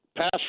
pass